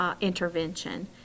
intervention